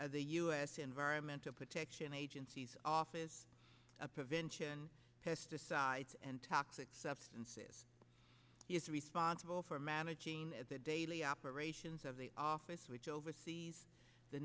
of the us environmental protection agency's office of prevention pesticides and toxic substances he is responsible for managing the daily operations of the office which oversees the